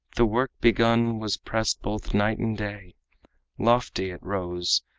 the work begun was pressed both night and day lofty it rose,